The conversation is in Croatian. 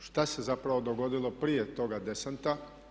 A šta se zapravo dogodilo prije toga desanta?